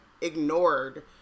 ignored